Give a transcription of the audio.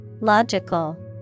Logical